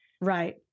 Right